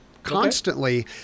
constantly